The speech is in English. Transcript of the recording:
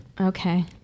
Okay